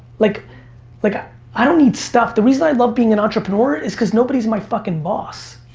like like ah i don't need stuff. the reason i love being an entrepreneur is cause nobody's my fucking boss.